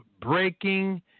Breaking